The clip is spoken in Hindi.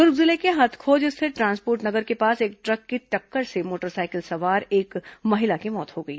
दुर्ग जिले के हथखोज स्थित ट्रांसपोर्ट नगर के पास ट्रक की टक्कर से मोटरसाइकिल सवार एक महिला की मौत हो गई